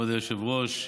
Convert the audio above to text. כבוד היושב-ראש,